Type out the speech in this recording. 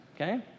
okay